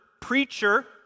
preacher